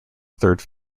third